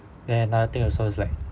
then another thing also it's like